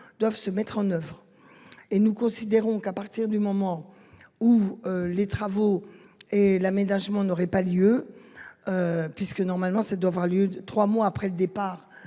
doivent se mettre en oeuvre et nous considérons qu'à partir du moment où les travaux et l'aménagement n'aurait pas lieu. Puisque normalement c'est doit avoir lieu de trois mois après le départ